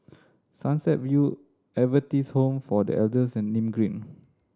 Sunset View Adventist Home for The Elders and Nim Green